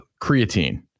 creatine